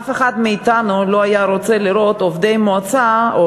אף אחד מאתנו לא היה רוצה לראות עובדי מועצה או